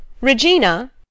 Regina